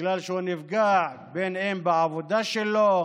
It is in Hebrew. בגלל שהוא נפגע בעבודה שלו,